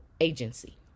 agency